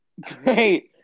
Great